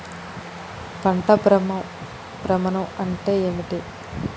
పంట భ్రమణం అంటే ఏంటి?